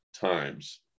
times